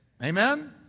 Amen